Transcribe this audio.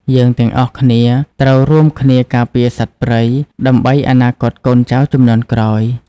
យើងទាំងអស់គ្នាត្រូវរួមគ្នាការពារសត្វព្រៃ ដើម្បីអនាគតកូនចៅជំនាន់ក្រោយ។